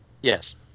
yes